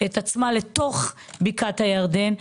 את עצמה אל תוך בקעת הירדן.